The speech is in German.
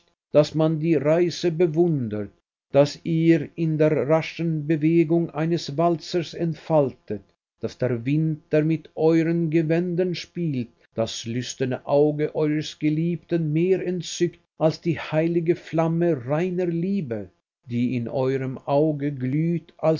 daß man die reize bewundert die ihr in der raschen bewegung eines walzers entfaltet daß der wind der mit euren gewändern spielt das lüsterne auge eures geliebten mehr entzückt als die heilige flamme reiner liebe die in eurem auge glüht